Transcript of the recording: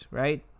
right